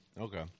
okay